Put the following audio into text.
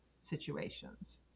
situations